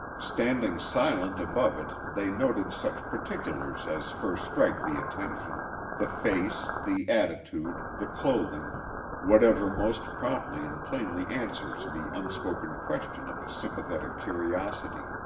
standing silent above it they noted such particulars as first strike the attention the face, the attitude, the clothing whatever most promptly and plainly answers the unspoken question of a sympathetic curiosity.